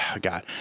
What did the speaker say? God